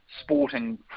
sporting